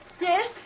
Yes